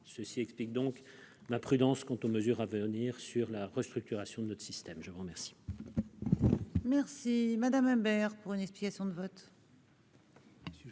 Cela explique donc ma prudence quant aux mesures à venir sur la restructuration de notre système. La parole